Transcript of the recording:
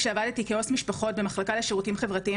כשעבדתי כעו"ס משפחות במחלקה לשירותים חברתיים